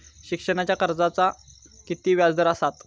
शिक्षणाच्या कर्जाचा किती व्याजदर असात?